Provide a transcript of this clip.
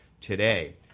today